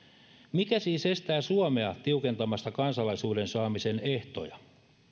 mikä siis estää suomea tiukentamasta kansalaisuuden saamisen ehtoja